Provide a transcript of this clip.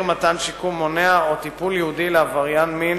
מתן שיקום מונע או טיפול ייעודי לעברייני מין